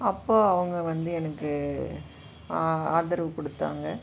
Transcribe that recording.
அப்போது அவங்க வந்து எனக்கு ஆதரவு கொடுத்தாங்க